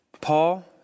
Paul